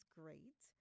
great